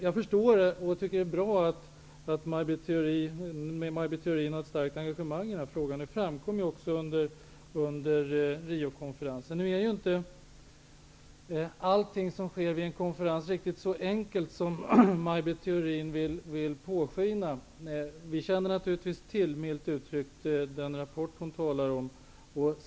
Jag förstår att Maj Britt Theorin har ett starkt engagemang i denna fråga, och det är bra. Det framkom också under Riokonferensen. Men allt som sker vid en konferens är inte riktigt så enkelt som Maj Britt Theorin vill påskina. Vi känner naturligtvis till, milt uttryckt, den rapport som hon talar om.